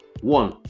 One